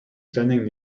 standing